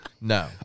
No